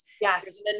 Yes